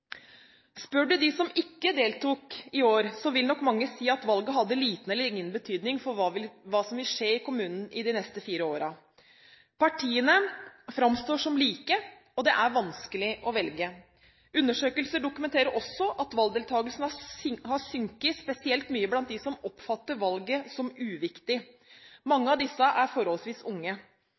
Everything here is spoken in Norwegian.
Spør du dem som ikke deltok i år, vil mange si at valget hadde «liten eller ingen betydning» for hva som vil skje i kommunen de neste fire årene. Partiene framstår som like, og det er vanskelig å velge. Undersøkelser dokumenterer også at valgdeltakelsen har sunket spesielt mye blant dem som oppfatter valget som uviktig. Mange av disse er forholdsvis unge.